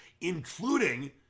including